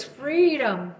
freedom